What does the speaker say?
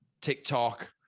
TikTok